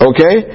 Okay